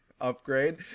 upgrade